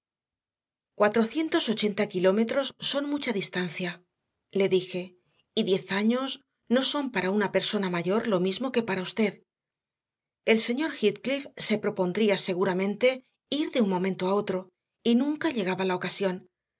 cuatrocientos ochenta kilómetros son mucha distancia le dije y diez años no son para una persona mayor lo mismo que para usted el señor heathcliff se propondría seguramente ir de un momento a otro y nunca llegaba la ocasión